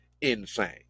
insane